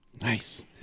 Nice